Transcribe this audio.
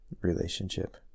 relationship